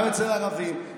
גם ערבים,